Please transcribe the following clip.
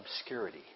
obscurity